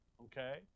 Okay